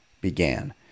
began